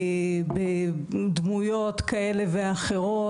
בדמויות כאלה ואחרות,